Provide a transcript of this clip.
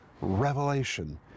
revelation